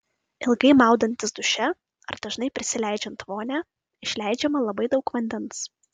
ilgai maudantis duše ar dažnai prisileidžiant vonią išleidžiama labai daug vandens